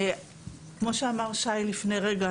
כמו שאמר שי לפני רגע,